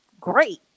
great